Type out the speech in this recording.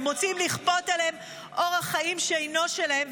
הם רוצים לכפות עליהם אורח חיים שאינו שלהם,